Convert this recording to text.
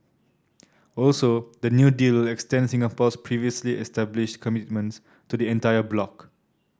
also the new deal will extend Singapore's previously established commitments to the entire bloc